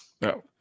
No